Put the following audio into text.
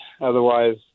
Otherwise